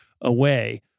away